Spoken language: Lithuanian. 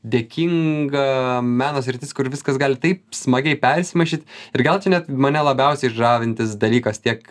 dėkinga meno sritis kur viskas gali taip smagiai persimaišyt ir gal čia net mane labiausiai žavintis dalykas tiek